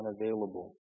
unavailable